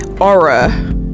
aura